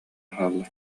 хаалла